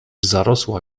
zarosła